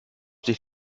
sich